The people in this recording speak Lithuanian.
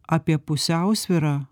apie pusiausvyrą